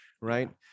right